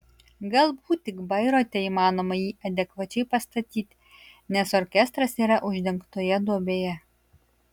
galbūt tik bairoite įmanoma jį adekvačiai pastatyti nes orkestras yra uždengtoje duobėje